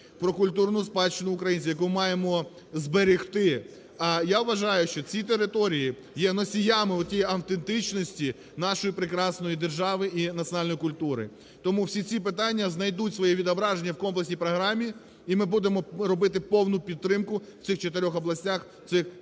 про культурну спадщину українців, яку маємо зберегти. Я вважаю, що ці території є носіями в тій автентичності нашої прекрасної держави і національної культури. Тому всі ці питання знайдуть своє відображення в комплексній програмі, і ми будемо робити повну підтримку в цих чотирьох областях, в